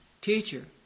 Teacher